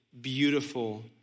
beautiful